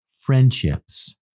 friendships